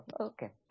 okay